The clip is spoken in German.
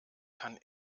kann